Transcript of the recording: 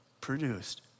produced